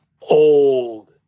old